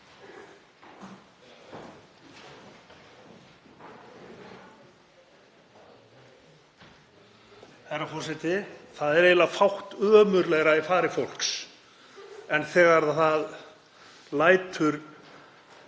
Það er eiginlega fátt ömurlegra í fari fólks en þegar það lætur